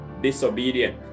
disobedient